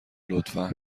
لطفا